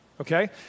Okay